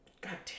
goddamn